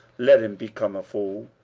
let him become a fool,